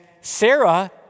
Sarah